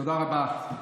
תודה רבה.